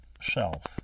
self